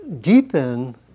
deepen